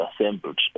assembled